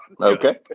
Okay